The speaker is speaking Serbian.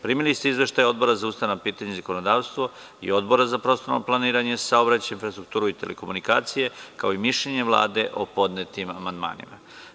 Primili ste izveštaje Odbora za ustavna pitanja i zakonodavstvo i Odbora za prostorno planiranje, saobraćaj, infrastrukturu i telekomunikacije, kao i mišljenje Vlade o podnetim amandmanima.